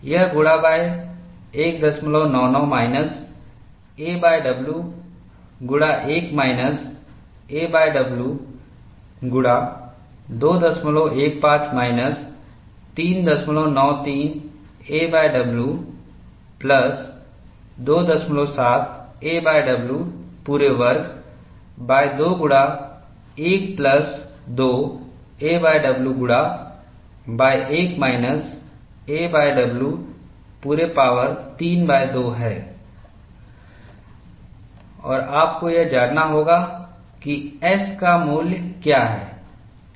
यह गुणा 199 minus aw गुणा 1 माइनस aw गुणा 215 माइनस 393 aw प्लस 27 aw पूरे वर्ग 2 गुणा 1 प्लस 2 aw गुणा 1 माइनस aw पूरे पावर 32 है और आपको यह जानना होगा कि S का मूल्य क्या है